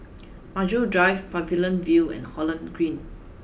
Maju Drive Pavilion View and Holland Green